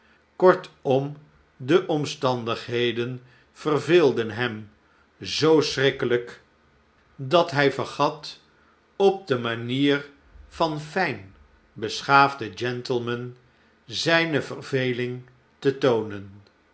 kortom de omstandigheden verveelden hem zoo schrikkelijk dat hij vergat op de manier van fljn beschaafde gentlemen zijne verveling te toonen